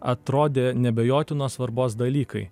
atrodė neabejotinos svarbos dalykai